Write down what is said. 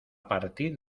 partir